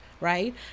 Right